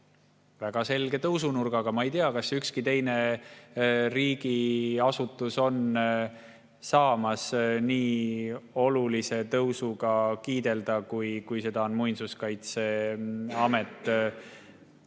väga selge tõusunurk. Ma ei tea, kas ükski teine riigiasutus saab nii olulise tõusuga kiidelda kui Muinsuskaitseamet.